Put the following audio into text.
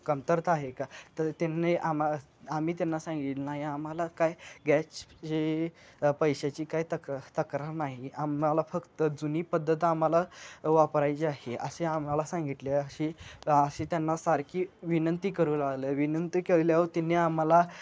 कमतरता आहे का तर त्यांनी आमा आम्ही त्यांना सांगितलं नाही आम्हाला काय गॅशची पैशाची काय तक तक्रार नाही आम्हाला फक्त जुनी पद्धत आम्हाला वापरायची आहे असे आम्हाला सांगितले अशी अशी त्यांना सारखी विनंती करू लागले विनंती केल्यावर त्यांनी आम्हाला